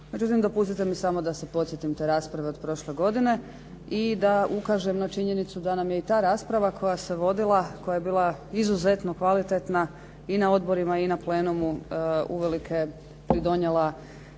Međutim dopustite mi samo da se podsjetim te rasprave od prošle godine i da ukažem na činjenicu da nam je i ta rasprava koja se vodila, koja je bila izuzetno kvalitetna i na odborima i na plenumu uvelike pridonijela